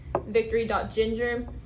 victory.ginger